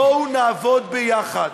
בואו נעבוד ביחד,